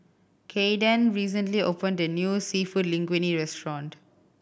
Caiden recently opened the new Seafood Linguine Restaurant